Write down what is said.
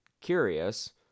curious